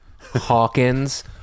Hawkins